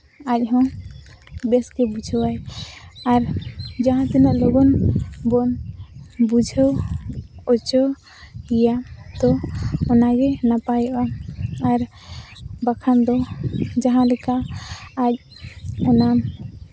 ᱟᱡ ᱦᱚᱸ ᱵᱮᱥ ᱜᱮ ᱵᱩᱡᱷᱟᱹᱣᱟᱭ ᱟᱨ ᱡᱟᱦᱟᱸ ᱛᱤᱱᱟᱹᱜ ᱞᱚᱜᱚᱱ ᱵᱚᱱ ᱵᱩᱡᱷᱟᱹᱣ ᱚᱪᱚᱭᱮᱭᱟ ᱛᱚ ᱚᱱᱟ ᱜᱮ ᱱᱟᱯᱟᱭᱚᱜᱟ ᱟᱨ ᱵᱟᱠᱷᱟᱱ ᱫᱚ ᱡᱟᱦᱟᱸᱞᱮᱠᱟ ᱟᱡ ᱚᱱᱟ